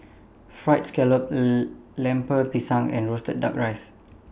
Fried Scallop Lemper Pisang and Roasted Duck rices